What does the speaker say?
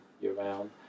year-round